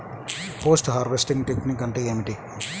Post harvesting technique అంటే ఏమిటీ?